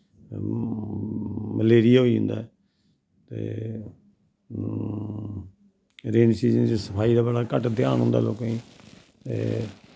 malaria होई जंदा ऐ ते रेनी सिजन च सफाई दा बड़ा घट्ट ध्यान होंदा लोकें गी ते